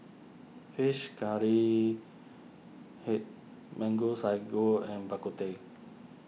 Fish Curry Head Mango Sago and Bak Kut Teh